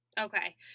Okay